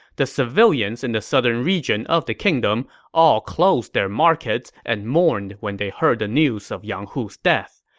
the civilians in the southern region of the kingdom all closed their markets and mourned when they heard the news of yang hu's death.